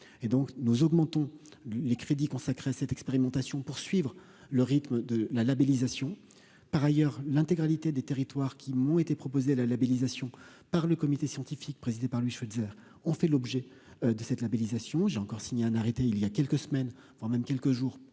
nous augmentons les crédits consacrés à cette expérimentation pour suivre le rythme de la labellisation par ailleurs l'intégralité des territoires qui m'ont été proposées, la labellisation par le comité scientifique présidé par Louis Schweitzer, ont fait l'objet de cette labellisation j'ai encore signé un arrêté il y a quelques semaines, voire même quelques jours